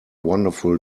wonderful